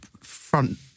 front